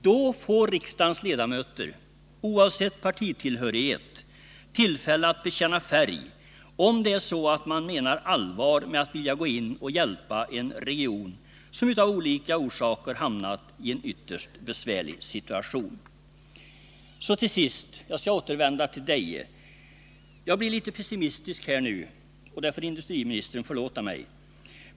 Då får riksdagens ledamöter, oavsett partitillhörighet, tillfälle att bekänna färg och visa om man menar allvar med att vilja gå in och hjälpa en region som av olika orsaker hamnat i en ytterst besvärlig situation. Jag skall till sist återvända till Deje. Jag blev litet pessimistisk nu, och det får industriministern förlåta mig.